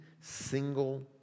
single